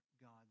God's